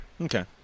Okay